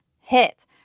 hit